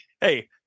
Hey